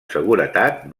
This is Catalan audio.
seguretat